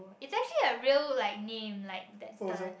it actually like real like name like that the